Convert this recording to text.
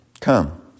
Come